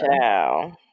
ciao